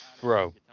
Bro